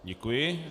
Děkuji.